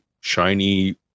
shiny